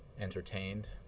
entertained.